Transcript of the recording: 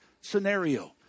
scenario